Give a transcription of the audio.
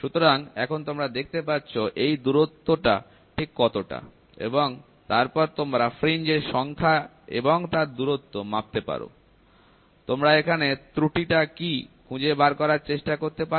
সুতরাং এখন তোমরা দেখতে পাচ্ছ এই দূরত্ব টা ঠিক কতটা এবং তারপর তোমরা ফ্রিঞ্জ এর সংখ্যা এবং তার দূরত্ব মাপতে পারো তোমরা এখানে ত্রুটিটা কি খুঁজে বার করার চেষ্টা করতে পারো